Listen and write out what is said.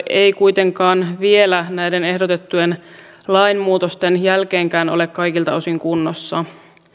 ei kuitenkaan vielä näiden ehdotettujen lainmuutosten jälkeenkään ole kaikilta osin kunnossa